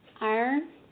Iron